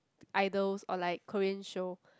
idols or like Korean show